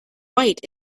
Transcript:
white